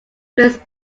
plays